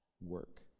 work